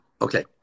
Okay